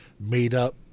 made-up